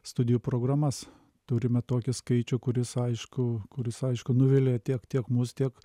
studijų programas turime tokį skaičių kuris aišku kuris aišku nuvilia tiek tiek mus tiek